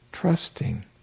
Trusting